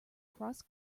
cross